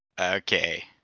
Okay